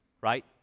right